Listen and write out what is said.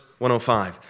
105